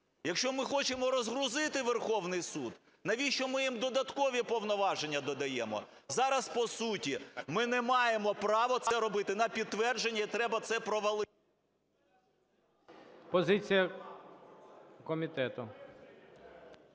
Якщо ми хочемо розгрузити Верховний Суд, навіщо ми їм додаткові повноваження додаємо? Зараз по суті. Ми не маємо права це робити. на підтвердження, і треба це провалити. ГОЛОВУЮЧИЙ. Позиція комітету.